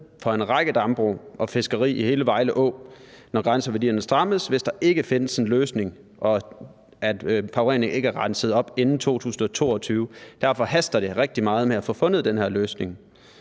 for en række dambrug og fiskeri i hele Vejle Å, når grænseværdierne strammes, hvis der ikke findes en løsning og forureningen ikke er renset op inden 2022. Derfor haster det rigtig meget med at få fundet den her løsning.